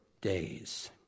days